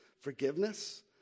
forgiveness